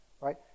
right